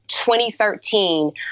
2013